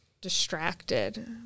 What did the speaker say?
distracted